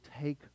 take